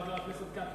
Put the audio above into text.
חבר הכנסת כץ,